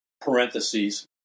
parentheses